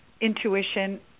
intuition